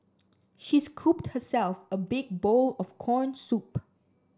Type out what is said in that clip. she scooped herself a big bowl of corn soup